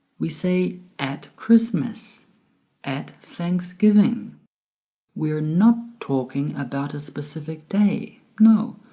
we say at christmas at thanksgiving we're not talking about a specific day, no,